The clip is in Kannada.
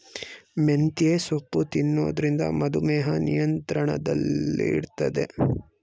ಮೆಂತ್ಯೆ ಸೊಪ್ಪು ತಿನ್ನೊದ್ರಿಂದ ಮಧುಮೇಹ ನಿಯಂತ್ರಣದಲ್ಲಿಡ್ತದೆ